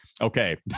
Okay